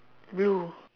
blue